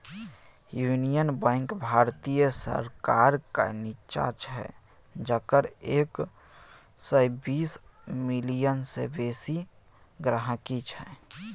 union Bank भारतीय सरकारक निच्चां छै जकर एक सय बीस मिलियन सय बेसी गांहिकी छै